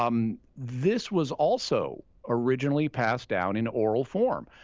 um this was also originally passed down in oral form.